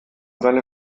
seine